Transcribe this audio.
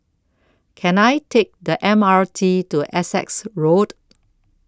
Can I Take The M R T to Essex Road